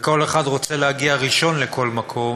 וכל אחד רוצה להגיע ראשון לכל מקום,